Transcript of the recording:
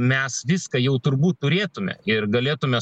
mes viską jau turbūt turėtume ir galėtume